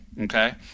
Okay